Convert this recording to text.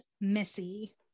Missy